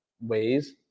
ways